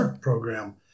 program